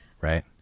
Right